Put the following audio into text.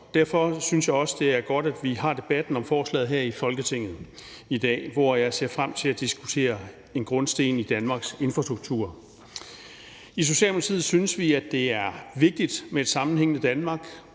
Derfor synes jeg også, det er godt, at vi har debatten om forslaget her i Folketinget i dag, hvor jeg ser frem til at diskutere en grundsten i Danmarks infrastruktur. I Socialdemokratiet synes vi, at det er vigtigt med et sammenhængende Danmark.